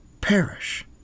perish